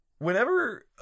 Whenever